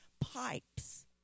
pipes